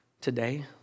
today